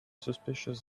suspicious